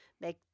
make